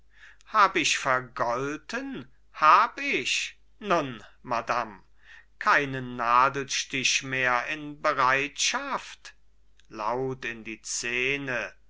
hab ich vergolten hab ich nun madam keinen nadelstich mehr in bereitschaft laut in die szene